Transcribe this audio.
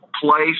place